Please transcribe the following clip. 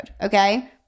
okay